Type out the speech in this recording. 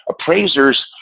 Appraisers